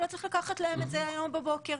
לא צריך לקחת להם את זה היום בבוקר.